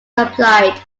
applied